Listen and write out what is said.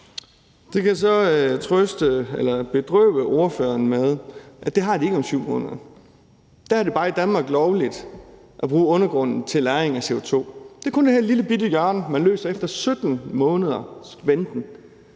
Det kan jeg så bedrøve ordføreren med de ikke har om 7 måneder. Der er det bare i Danmark lovligt at bruge undergrunden til lagring af CO2. Det er kun et lillebitte hjørne, man løser efter 17 måneders venten.